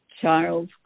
Charles